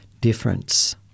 difference